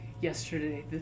Yesterday